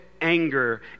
anger